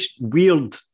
weird